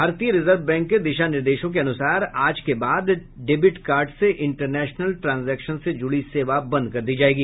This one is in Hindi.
भारतीय रिजर्व बैंक के दिशा निर्देशों के अनुसार आज के बाद डेबिट कार्ड से इंटरनेशनल ट्रांजेक्शन से जुड़ी सेवा बंद कर दी जायेगी